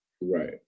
right